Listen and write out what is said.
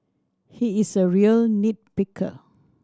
he is a real nit picker